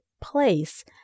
place